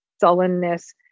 sullenness